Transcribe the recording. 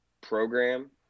program